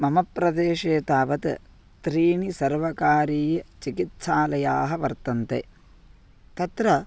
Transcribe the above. मम प्रदेशे तावत् त्रीणि सर्वकारीयाः चिकित्सालयाः वर्तन्ते तत्र